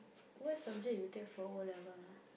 what subject you take for O-level ah